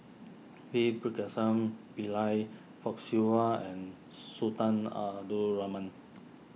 V Pillai Fock Siew Wah and Sultan Abdul Rahman